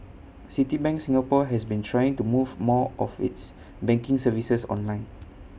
Citibank Singapore has been trying to move more of its banking services online